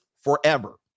forever